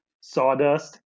sawdust